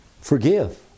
forgive